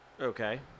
Okay